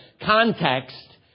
context